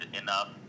enough